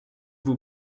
vous